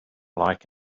like